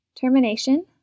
Termination